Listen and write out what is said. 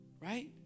right